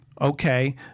Okay